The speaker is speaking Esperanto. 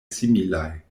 similaj